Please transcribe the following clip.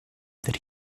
that